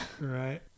right